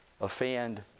offend